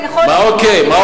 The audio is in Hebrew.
הצבעתי בעד.